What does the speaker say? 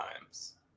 times